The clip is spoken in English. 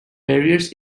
barriers